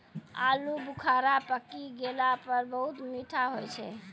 आलू बुखारा पकी गेला पर बहुत मीठा होय छै